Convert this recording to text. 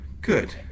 good